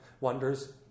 wonders